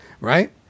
Right